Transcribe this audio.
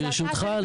ברשותך,